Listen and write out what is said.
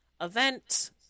event